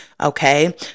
okay